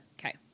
Okay